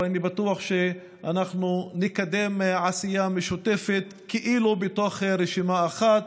אבל אני בטוח שאנחנו נקדם עשייה משותפת כאילו בתוך רשימה אחת.